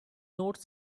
note